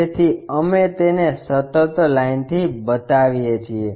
તેથી અમે તેને સતત લાઇનથી બતાવીએ છીએ